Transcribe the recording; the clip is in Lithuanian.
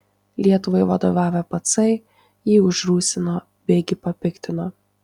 lietuvai vadovavę pacai jį užrūstino beigi papiktino